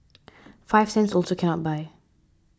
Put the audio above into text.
five cents also cannot buy